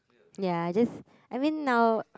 ya just I mean now